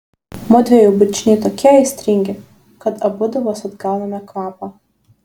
mudviejų bučiniai tokie aistringi kad abudu vos atgauname kvapą